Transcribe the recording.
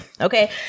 Okay